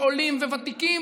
ועולים וותיקים